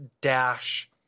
dash